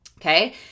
okay